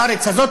בארץ הזאת,